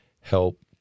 help